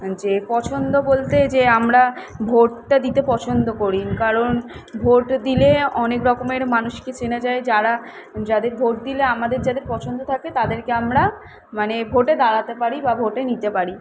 যে পছন্দ বলতে যে আমরা ভোটটা দিতে পছন্দ করি কারণ ভোট দিলে অনেক রকমের মানুষকে চেনা যায় যারা যাদের ভোট দিলে আমাদের যাদের পছন্দ থাকে তাদেরকে আমরা মানে ভোটে দাঁড়াতে পারি বা ভোটে নিতে পারি